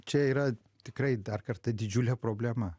čia yra tikrai dar kartą didžiulė problema